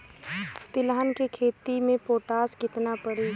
तिलहन के खेती मे पोटास कितना पड़ी?